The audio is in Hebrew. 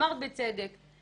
ואמרת בצדק.